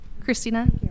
Christina